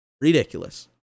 Ridiculous